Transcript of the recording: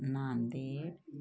Nanded